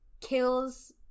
kills